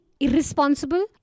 irresponsible